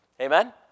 Amen